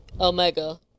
Omega